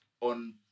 on